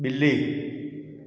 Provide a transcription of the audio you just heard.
बि॒ली